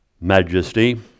majesty